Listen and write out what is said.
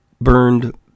burned